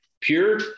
pure